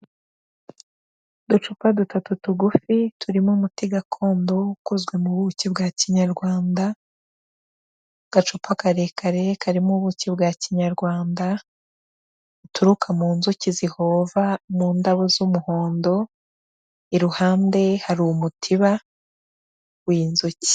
Uducupa dutatu tugufi turimo umuti gakondo ukozwe mu buki bwa kinyarwanda, agacupa karekare karimo ubuki bwa kinyarwanda buturuka mu nzuki zihova mu ndabo z'umuhondo, iruhande hari umutiba w'inzuki.